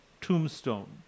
tombstone